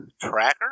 Tracker